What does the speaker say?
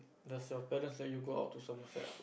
does you parents let you go out to Somerset ah